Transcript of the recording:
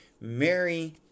Mary